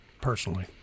personally